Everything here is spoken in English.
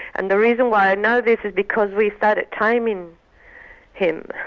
and the reason why i know this is because we started timing him,